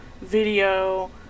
video